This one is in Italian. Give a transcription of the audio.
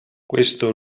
questo